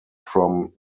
from